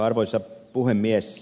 arvoisa puhemies